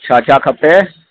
छा छा खपे